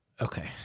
okay